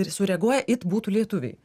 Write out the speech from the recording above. sureaguoja it būtų lietuviai